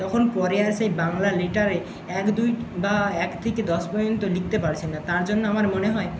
তখন পরে আর সেই বাংলা লেটারে এক দুই বা এক থেকে দশ পর্যন্ত লিখতে পারছি না তার জন্য আমার মনে হয়